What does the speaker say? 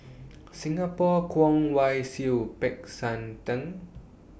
Singapore Kwong Wai Siew Peck San Theng